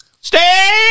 Stay